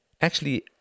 Actually